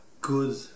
good